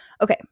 okay